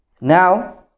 Now